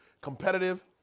competitive